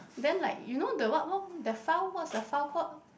then like you know the what what the file what's that file called